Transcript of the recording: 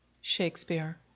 shakespeare